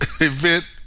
event